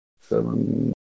seven